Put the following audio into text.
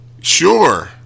sure